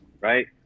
right